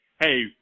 Hey